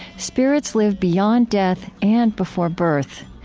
spirits live beyond death and before birth.